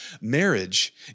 marriage